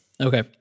Okay